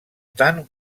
tant